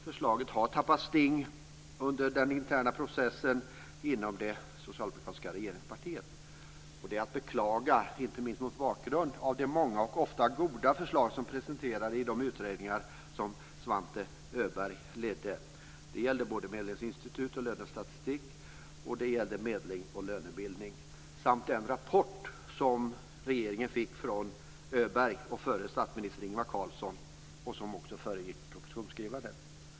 Förslaget har tappat sting under den interna processen inom det socialdemokratiska regeringspartiet. Detta är att beklaga, inte minst mot bakgrund av de många och ofta goda förslag som presenterades i de utredningar som Svante Öberg ledde. Det gäller både Medlingsinstitut och lönestatistik och Medling och lönebildning samt den rapport som regeringen fick från Öberg och förre statsminister Ingvar Carlsson och som också föregick propositionsskrivandet.